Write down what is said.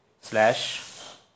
slash